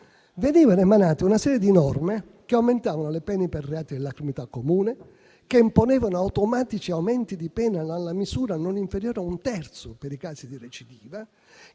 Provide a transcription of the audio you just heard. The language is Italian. venivano emanate una serie di norme che aumentavano le pene per reati della criminalità comune, che imponevano automatici aumenti di pena nella misura non inferiore a un terzo per i casi di recidiva,